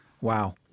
Wow